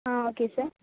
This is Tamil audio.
ah okay sir